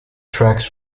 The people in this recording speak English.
tracks